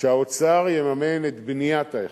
שהאוצר יממן את בניית ההיכל.